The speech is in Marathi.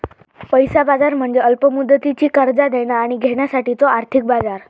पैसा बाजार म्हणजे अल्प मुदतीची कर्जा देणा आणि घेण्यासाठीचो आर्थिक बाजार